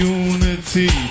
unity